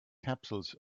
capsules